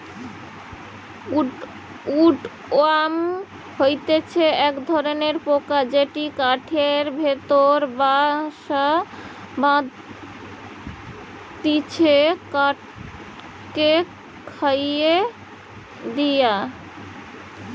would worm হতিছে এক ধরণের পোকা যেটি কাঠের ভেতরে বাসা বাঁধটিছে কাঠকে খইয়ে দিয়া